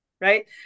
Right